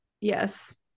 Yes